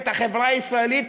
ואת החברה הישראלית,